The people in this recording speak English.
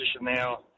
now